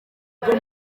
ibyo